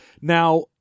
Now